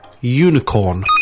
Unicorn